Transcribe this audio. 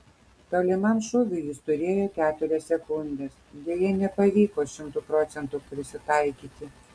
tolimam šūviui jis turėjo keturias sekundes deja nepavyko šimtu procentų prisitaikyti